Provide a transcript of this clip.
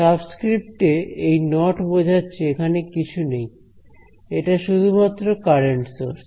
subscript এ এই not বোঝাচ্ছে এখানে কিছু নেই এটা শুধুমাত্র কারেন্ট সোর্স